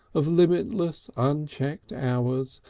of limitless unchecked hours,